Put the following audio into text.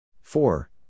Four